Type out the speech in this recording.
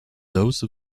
those